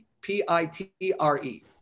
P-I-T-R-E